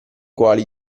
quali